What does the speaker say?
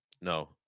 No